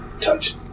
touch